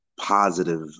positive